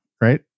right